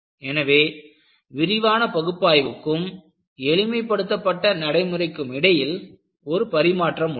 எனவே விரிவான பகுப்பாய்வுக்கும் எளிமைப்படுத்தப்பட்ட நடைமுறைக்கும் இடையில் ஒரு பரிமாற்றம் உள்ளது